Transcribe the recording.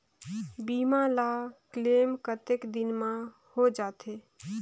बीमा ला क्लेम कतेक दिन मां हों जाथे?